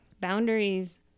boundaries